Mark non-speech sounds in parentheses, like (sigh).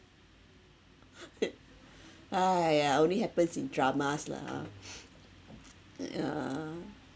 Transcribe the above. (laughs) !aiya! only happens in dramas lah (noise) yeah